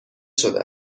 شده